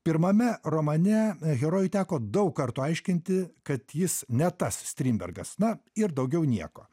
pirmame romane herojui teko daug kartų aiškinti kad jis ne tas strindbergas na ir daugiau nieko